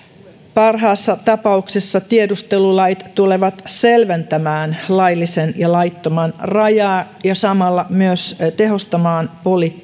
parhaassa tapauksessa tiedustelulait tulevat selventämään laillisen ja laittoman rajaa ja samalla myös tehostamaan